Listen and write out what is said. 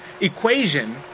equation